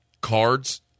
cards